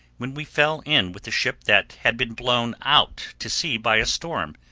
when we fell in with a ship that had been blown out to sea by a storm,